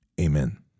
Amen